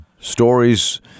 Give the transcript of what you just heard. stories